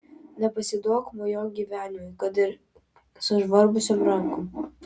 nepasiduok mojuok gyvenimui kad ir sužvarbusiom rankom